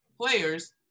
players